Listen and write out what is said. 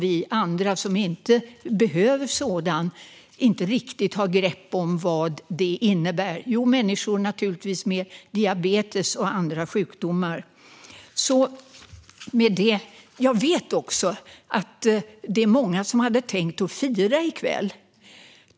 Vi andra som inte behöver sådan har inte riktigt grepp om vad det innebär, utom naturligtvis människor med diabetes och andra sjukdomar. Jag vet att det är många som hade tänkt fira i kväll.